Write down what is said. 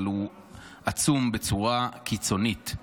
אבל הוא עצום בצורה קיצונית.